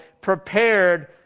prepared